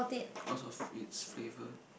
cause of it's flavour